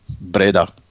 Breda